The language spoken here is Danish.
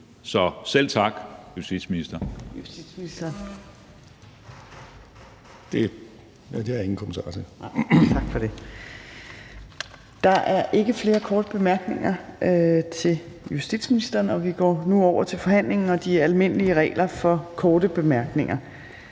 næstformand (Trine Torp): Der er ikke flere korte bemærkninger til justitsministeren. Vi går nu over til forhandlingen og de almindelige regler for korte bemærkninger.